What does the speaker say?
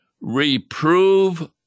Reprove